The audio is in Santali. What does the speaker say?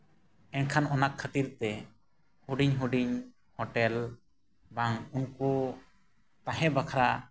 ᱮᱱᱠᱷᱟᱱ ᱚᱱᱟ ᱠᱷᱟᱹᱛᱤᱨᱛᱮ ᱦᱩᱰᱤᱧ ᱦᱩᱰᱤᱧ ᱦᱳᱴᱮᱞ ᱵᱟᱝ ᱩᱱᱠᱩ ᱛᱟᱦᱮᱸ ᱵᱟᱠᱷᱨᱟ